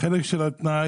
החלק של התנאי